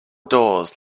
doors